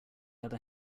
other